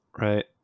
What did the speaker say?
Right